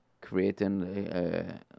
creating